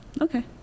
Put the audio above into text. Okay